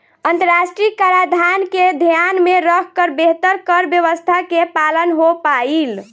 अंतरराष्ट्रीय कराधान के ध्यान में रखकर बेहतर कर व्यावस्था के पालन हो पाईल